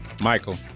Michael